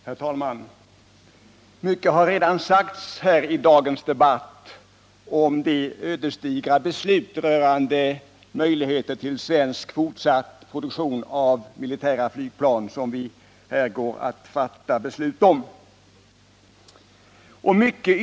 Herr talman! Mycket har redan sagts i dagens debatt om det ödesdigra beslut rörande möjligheten till fortsatt svensk produktion av militära flygplan som riksdagen står i begrepp att fatta.